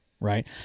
Right